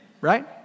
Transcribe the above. right